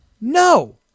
no